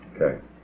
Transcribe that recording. okay